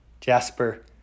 Jasper